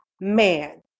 man